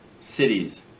cities